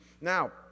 Now